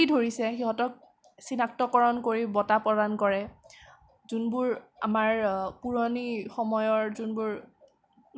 তুলি ধৰিছে সিহঁতে সিহঁতক চিনাক্তকৰণ কৰি বঁটা প্ৰদান কৰে যোনবোৰ আমাৰ পুৰণি সময়ৰ যোনবোৰ